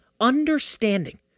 understanding